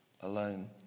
alone